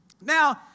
Now